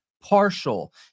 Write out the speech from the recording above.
partial